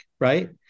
right